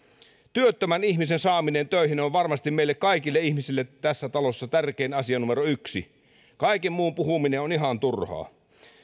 työttömän ihmisen saaminen töihin on varmasti meille kaikille ihmisille tässä talossa tärkein asia numero yksi kaiken muun puhuminen on ihan turhaa